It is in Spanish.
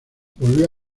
volvió